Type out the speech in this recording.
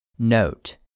Note